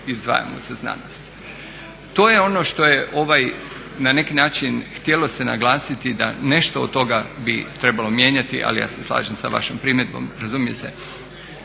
izdvajamo za znanost. To je ono što je na neki način htjelo se naglasiti da nešto od toga bi trebalo mijenjati, ali ja se slažem sa vašom primjedbom, razumije se.